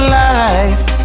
life